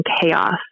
chaos